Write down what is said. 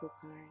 card